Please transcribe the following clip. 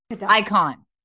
icon